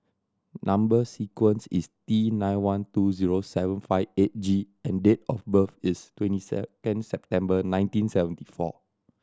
number sequence is T nine one two zero seven five eight G and date of birth is twenty second September nineteen seventy four